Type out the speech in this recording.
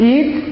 Eat